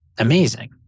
Amazing